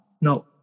No